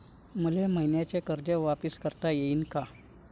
मले मईन्याचं कर्ज वापिस करता येईन का?